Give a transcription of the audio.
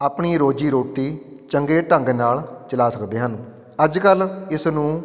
ਆਪਣੀ ਰੋਜ਼ੀ ਰੋਟੀ ਚੰਗੇ ਢੰਗ ਨਾਲ ਚਲਾ ਸਕਦੇ ਹਨ ਅੱਜ ਕੱਲ੍ਹ ਇਸ ਨੂੰ